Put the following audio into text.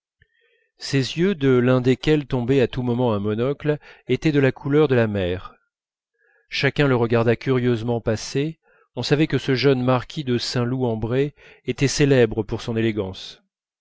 ses yeux de l'un desquels tombait à tout moment un monocle étaient de la couleur de la mer chacun le regarda curieusement passer on savait que ce jeune marquis de saint loup en bray était célèbre pour son élégance